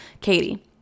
Katie